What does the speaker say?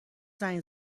زنگ